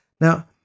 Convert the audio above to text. Now